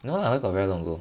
no lah where got very long ago